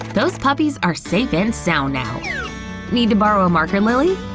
those puppies are safe and sound now! need to borrow a marker, lilly?